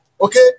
Okay